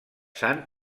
sant